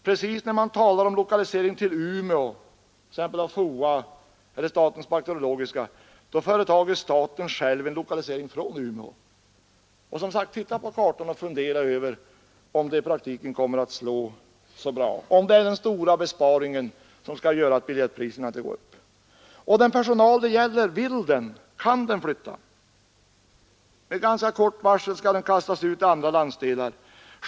Precis när man talar om lokalisering till Umeå t.ex. av FOA och statens bakteriologiska anstalt, företar staten själv en lokalisering från Umeå. Som sagt: Titta på kartan och fundera över om det i praktiken kommer att slå så bra, om det är den besparing som skall göra att biljettpriserna inte går upp! Vill och kan den personal det gäller flytta? Med ganska kort varsel skall den kastas ut i andra landsdelar.